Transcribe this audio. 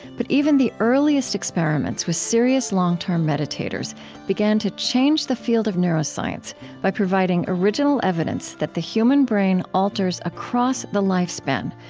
but even the earliest experiments with serious long-term meditators began to change the field of neuroscience by providing original evidence that the human brain alters across the lifespan,